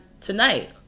tonight